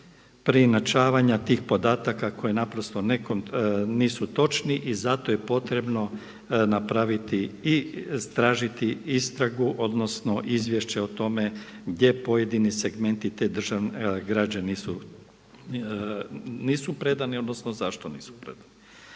preinačavanja tih podataka koje naprosto nisu točni i zato je potrebno napraviti i istražiti istragu, odnosno izvješće o tome gdje pojedini segmenti te građe nisu predani, odnosno zašto nisu predani.